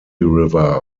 river